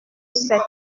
sept